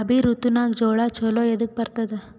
ರಾಬಿ ಋತುನಾಗ್ ಜೋಳ ಚಲೋ ಎದಕ ಬರತದ?